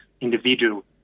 individual